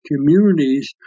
communities